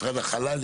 משרד החלל,